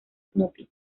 snoopy